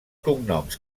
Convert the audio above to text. cognoms